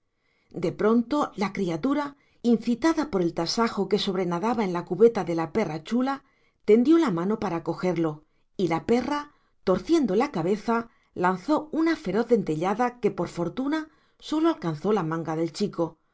de pronto la criatura incitada por el tasajo que sobrenadaba en la cubeta de la perra chula tendió la mano para cogerlo y la perra torciendo la cabeza lanzó una feroz dentellada que por fortuna sólo alcanzó la manga del chico